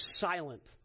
silent